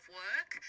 work